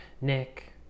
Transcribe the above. Nick